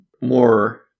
more